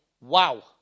wow